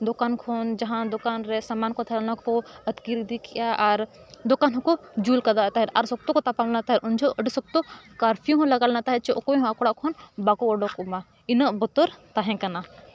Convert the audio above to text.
ᱫᱚᱠᱟᱱ ᱠᱷᱚᱱ ᱡᱟᱦᱟᱸ ᱫᱚᱠᱟᱱ ᱨᱮ ᱥᱟᱢᱟᱱ ᱠᱚ ᱛᱟᱦᱮᱸ ᱞᱮᱱᱟ ᱚᱱᱟ ᱠᱚ ᱟᱹᱛᱠᱤᱨ ᱤᱫᱤ ᱠᱮᱫᱟ ᱟᱨ ᱫᱚᱠᱟᱱ ᱦᱚᱸᱠᱚ ᱡᱩᱞ ᱟᱠᱟᱫ ᱛᱟᱦᱮᱸᱫ ᱟᱨ ᱥᱚᱠᱛᱚ ᱠᱚ ᱛᱟᱯᱟᱢ ᱞᱮᱱᱟ ᱛᱟᱦᱮᱸᱫ ᱩᱱ ᱡᱚᱦᱚᱜ ᱟᱹᱰᱤ ᱥᱚᱠᱛᱚ ᱠᱟᱨᱯᱷᱤᱭᱩ ᱦᱚᱸ ᱞᱟᱜᱟᱣ ᱞᱮᱱᱟ ᱛᱟᱦᱮᱸᱫ ᱪᱮ ᱚᱠᱚᱭ ᱦᱚᱸ ᱟᱠᱚᱣᱟᱜ ᱚᱲᱟᱜ ᱠᱷᱚᱱ ᱵᱟᱠᱚ ᱩᱰᱩᱠᱚᱜ ᱢᱟ ᱤᱱᱟᱹᱜ ᱵᱚᱛᱚᱨ ᱛᱟᱦᱮᱸ ᱠᱟᱱᱟ